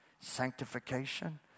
sanctification